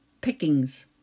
pickings